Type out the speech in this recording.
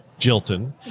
Jilton